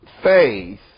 Faith